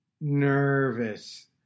Nervous